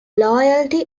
loyalty